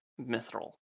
mithril